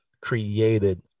created